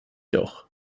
doch